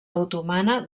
otomana